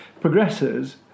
progresses